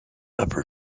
upper